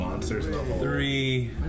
three